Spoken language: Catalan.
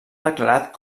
declarat